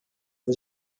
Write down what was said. was